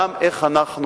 גם איך אנחנו